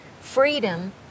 Freedom